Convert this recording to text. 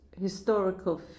historical